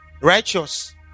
righteous